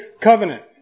covenant